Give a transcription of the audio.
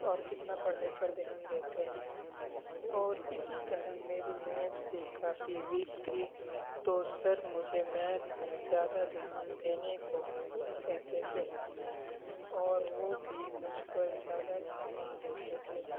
اور کتنا پڑھائی پر دھیان دیتے ہیں اور اسی طرح میری میتھ بھی کافی ویک تھی تو سر مجھے میتھ میں زیادہ دھیان دینے کو کہتے تھے اور وہ بھی مجھ پر زیادہ دھیان دیتے تھے